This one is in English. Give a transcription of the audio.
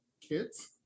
kids